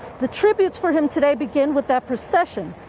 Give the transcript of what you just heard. the tributes for him today begin with a procession.